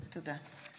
תודה.